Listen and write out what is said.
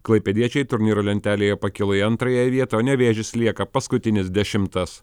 klaipėdiečiai turnyro lentelėje pakilo į antrąją vietą o nevėžis lieka paskutinis dešimtas